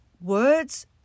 words